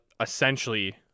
essentially